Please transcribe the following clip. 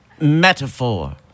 metaphor